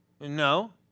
No